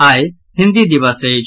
आई हिन्दी दिवस अछि